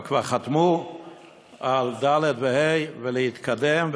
או כבר חתמו על ד' וה' ולהתקדם,